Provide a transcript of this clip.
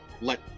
let